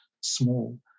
small